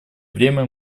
время